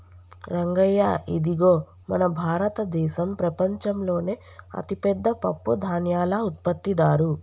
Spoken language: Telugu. రంగయ్య ఇదిగో మన భారతదేసం ప్రపంచంలోనే అతిపెద్ద పప్పుధాన్యాల ఉత్పత్తిదారు